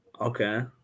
Okay